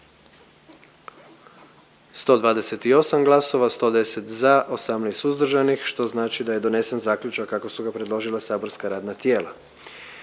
glasovalo, 118 za, 11 suzdržanih pa je donesen zaključak kako su ga predložila saborska radna tijela.